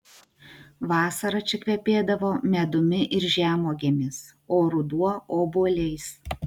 vasara čia kvepėdavo medumi ir žemuogėmis o ruduo obuoliais